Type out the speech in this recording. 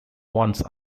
once